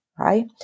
right